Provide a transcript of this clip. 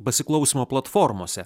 pasiklausymo platformose